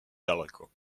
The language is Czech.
daleko